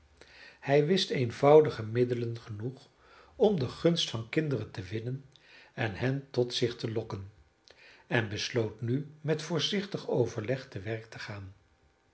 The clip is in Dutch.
hij wist eenvoudige middelen genoeg om de gunst van kinderen te winnen en hen tot zich te lokken en besloot nu met voorzichtig overleg te werk te gaan